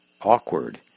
awkward